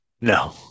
No